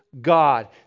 God